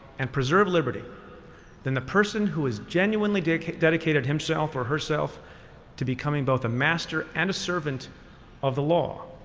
and preserve liberty than the person who has genuinely dedicated himself himself or herself to becoming both a master and a servant of the law.